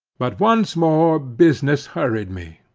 but once more business hurried me.